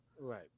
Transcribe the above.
Right